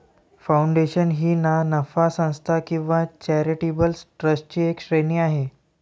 foundation ही ना नफा संस्था किंवा चॅरिटेबल ट्रस्टची एक श्रेणी आहे